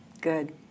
Good